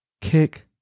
kick